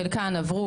חלקן עברו,